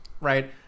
right